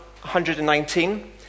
119